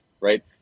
right